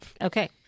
Okay